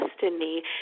destiny